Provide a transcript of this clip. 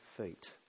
feet